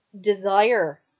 desire